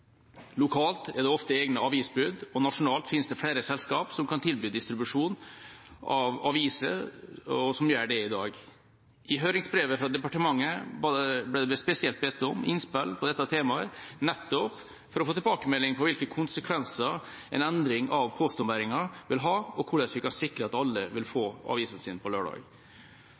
Lokalt er det ofte egne avisbud. Nasjonalt finnes det flere selskaper som kan tilby distribusjon av aviser, og som gjør det i dag. I høringsbrevet fra departementet ble det spesielt bedt om innspill til dette temaet, nettopp for å få tilbakemelding om hvilke konsekvenser en endring av postombæringa vil ha, og hvordan vi kan sikre at alle vil få